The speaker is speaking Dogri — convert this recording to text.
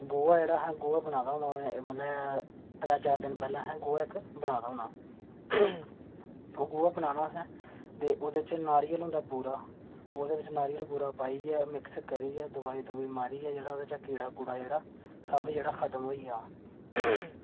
गोहा जेह्ड़ा गोहा बनाए दा होंदा असें त्रैऽ चार दिन पैह्लें असें इक्क गोहा बनाए दा होना ओह् गोहा बनाना असें ते ओह्दे च नारियल होंदा पूरा नारियल पूरा पाइयै मिक्स करियै दवाई मारियै ओह्दे चा कीड़ा जेह्ड़ा सब जेह्ड़ा खत्म होई जा